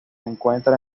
encuentra